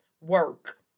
work